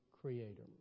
creator